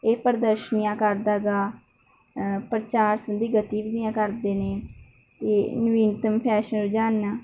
ਇਹ ਪ੍ਰਦਰਸ਼ਨੀਆਂ ਕਰਦਾ ਗਾ ਪ੍ਰਚਾਰ ਸੰਬੰਧੀ ਗਤੀਵਿਧੀਆਂ ਕਰਦੇ ਨੇ ਅਤੇ ਨਵੀਤਮਨ ਫੈਸ਼ਨ ਰੁਝਾਨਾਂ